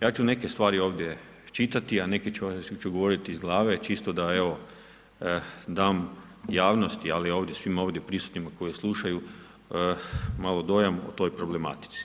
Ja ću neke stvari ovdje čitati, a neke ću govoriti iz glave, čisto da evo, dam javnosti ali i svim ovdje prisutnima, koji slušaju, malo dojam o toj problematici.